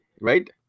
right